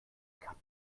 kann